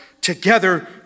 together